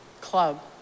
club